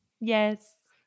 Yes